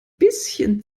bisschen